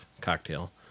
cocktail